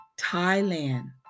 Thailand